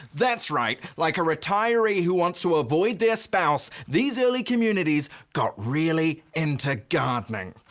that's right! like a retiree who wants to avoid their spouse, these early communities got really into gardening.